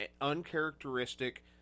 uncharacteristic